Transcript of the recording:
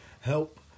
help